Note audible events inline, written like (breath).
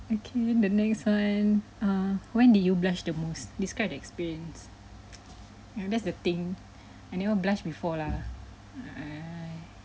okay the next one uh when did you blush the most describe the experience (noise) ya that's the thing (breath) I never blush before lah